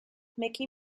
mickey